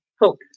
hope